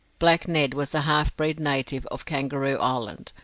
black ned was a half-breed native of kangaroo island,